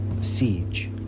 siege